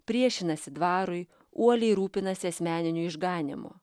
priešinasi dvarui uoliai rūpinasi asmeniniu išganymu